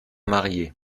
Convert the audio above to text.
mariés